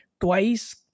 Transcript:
twice